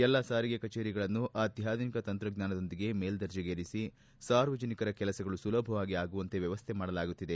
ಎಲ್ಲಾ ಸಾರಿಗೆ ಕಚೇರಿಗಳನ್ನು ಅತ್ವಾಧುನಿಕ ತಂತ್ರಜ್ವಾನದೊಂದಿಗೆ ಮೇಲ್ವರ್ಜೆಗೇರಿಸಿ ಸಾರ್ವಜನಿಕರ ಕೆಲಸಗಳು ಸುಲಭವಾಗಿ ಆಗುವಂತೆ ವ್ಯವಸ್ಥೆ ಮಾಡಲಾಗುತ್ತಿದೆ